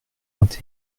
vingt